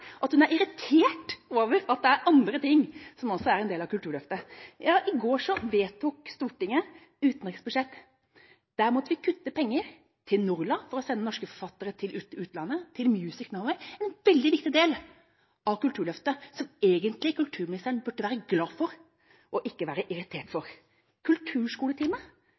at hun er irritert over at det er andre ting som også er en del av Kulturløftet. I går vedtok Stortinget et utenriksbudsjett. Der måtte vi kutte penger til NORLA, for å sende norske forfattere til utlandet, og til Music Norway – en veldig viktig del av Kulturløftet som kulturministeren egentlig burde være glad for, ikke være irritert over. Kulturskoletime: